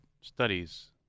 studies